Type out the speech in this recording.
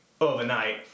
overnight